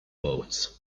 boats